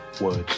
words